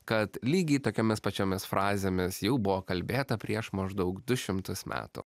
kad lygiai tokiomis pačiomis frazėmis jau buvo kalbėta prieš maždaug du šimtus metų